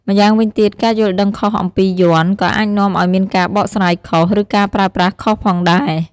ម្យ៉ាងវិញទៀត ការយល់ដឹងខុសអំពីយ័ន្ត ក៏អាចនាំឱ្យមានការបកស្រាយខុស ឬការប្រើប្រាស់ខុសផងដែរ។